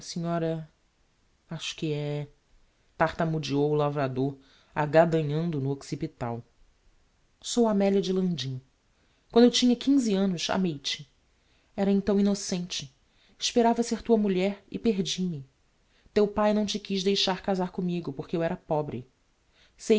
senhora acho que é tartamudeou o lavrador agadanhando no occipital sou a amelia de landim quando eu tinha annos amei te era então innocente esperava ser tua mulher e perdi me teu pai não te quiz deixar casar commigo porque eu era pobre sei